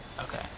Okay